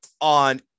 on